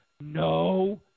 no